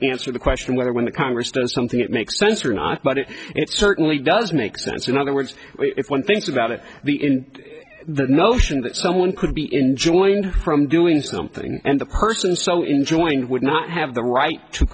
answer the question whether when the congress does something it makes sense or not but it certainly does make sense in other words if one thinks about it the in the notion that someone could be enjoined from doing something and the person so enjoying would not have the right to